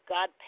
God